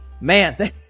Man